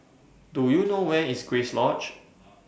Do YOU know Where IS Grace Lodge